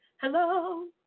hello